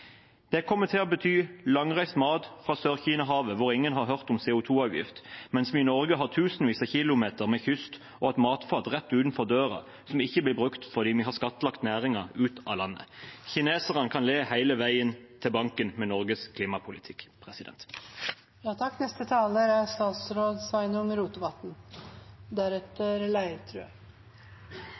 Det kommer til å bety langreist mat fra Sør-Kina-havet, hvor ingen har hørt om CO 2 -avgift, mens vi i Norge har tusenvis av kilometer med kyst og et matfat rett utenfor døren som ikke blir brukt fordi vi har skattlagt næringen ut av landet. Kineserne kan le hele veien til banken med Norges klimapolitikk. Takk